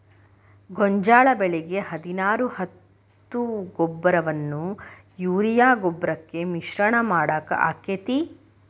ಗೋಂಜಾಳ ಬೆಳಿಗೆ ಹದಿನಾರು ಹತ್ತು ಗೊಬ್ಬರವನ್ನು ಯೂರಿಯಾ ಗೊಬ್ಬರಕ್ಕೆ ಮಿಶ್ರಣ ಮಾಡಾಕ ಆಕ್ಕೆತಿ?